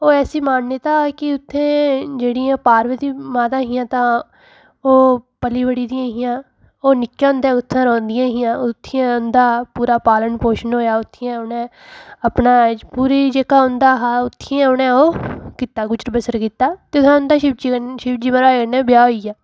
ओह् ऐसी मान्यता की उ'त्थें जेह्ड़ियां पार्वती माता हियां तां ओह् पली बढ़ी दियां हियां ओह् नि'क्के होंदे उ'त्थें रौह्ंदियां हियां उ'त्थें ऐ उं'दा पूरा पालन पोषण होया उ'त्थें ऐ उ'नें अपना पूरा जेह्का उं'दा हा उ'त्थें ऐ उ'नें ओह् कीता गुज़र बसर कीता ते उ'त्थें गै उं'दा शिवजी कन्नै शिवजी म्हराज कन्नै ब्याह् होइया